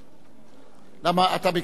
אתה ביקשת, חבר הכנסת בילסקי?